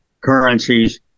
currencies